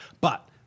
But-